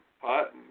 pot